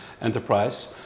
enterprise